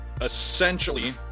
essentially